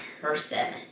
person